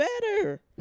better